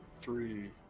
three